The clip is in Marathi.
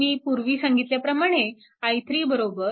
अन मी पूर्वी सांगितल्याप्रमाणे i3 12